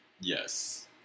Yes